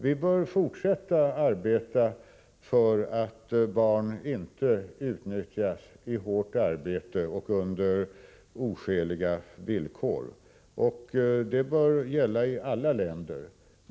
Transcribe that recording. Vi bör fortsätta att verka för att barn inte utnyttjas i hårt arbete och på oskäliga villkor, och det bör gälla i alla länder.